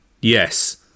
Yes